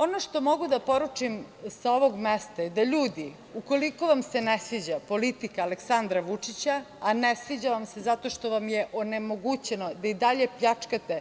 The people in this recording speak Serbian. Ono što mogu da poručim sa ovog mesta je da ljudi, ukoliko vam se ne sviđa politika Aleksandra Vučića, a ne sviđa vam se zato što vam je onemogućeno da i dalje pljačkate